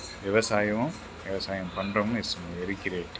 விவசாயம் விவசாயம் பண்ணுறவங்க இஸ் வெரி கிரேட்